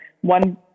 One